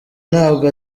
ntabwo